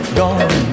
gone